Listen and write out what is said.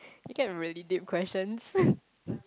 you get really deep questions